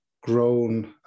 grown